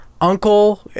Uncle